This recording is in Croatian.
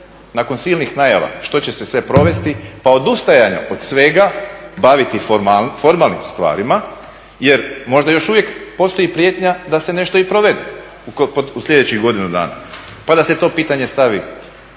nakon silnih najava što će se sve provesti, pa odustajanja od svega baviti formalnim stvarima jer možda još uvijek postoji prijetnja da se nešto i provede u sljedećih godinu dana, pa da se to pitanje stavi